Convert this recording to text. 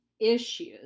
issues